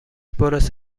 برس